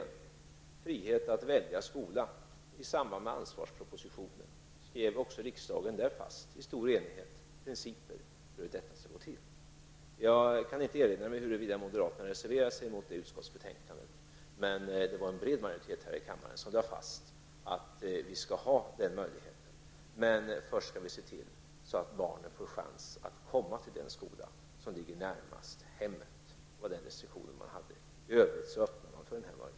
När det gäller friheten att välja skola slog riksdagen i stor enighet, i samband med ansvarspropositionen, fast principer för hur detta skall gå till. Jag kan inte erinra mig huruvida moderaterna reserverade sig mot det utskottsbetänkandet, men det var en bred majoritet här i kammaren som lade fast att vi skall ha den möjligheten. Vi skall dock först se till att barnen får en chans att komma till den skola som ligger närmast hemmet. Det var den restriktionen man hade, i övrigt öppnade man för den här möjligheten.